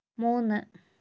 മൂന്ന്